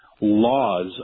laws